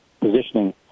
positioning